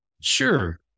sure